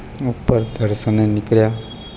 ઉપર દર્શને નીકળ્યા